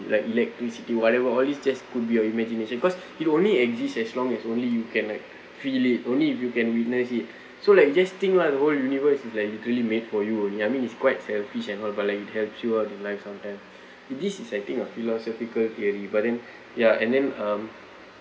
like electricity whatever all these just could be your imagination cause it only exist as long as only you can like feel it only if you can witness it so like just think lah the whole universe is like literally made for you only I mean it's quite selfish well but it helps you out in life sometimes and this is I think a philosophical theory but then ya and then um